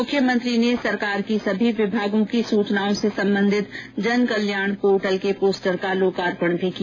मुख्यमंत्री ने सरकार की सभी विभागों की सूचनाओं से संबंधित जन कल्याण पोर्टल के पोस्टर का लोकार्पण भी किया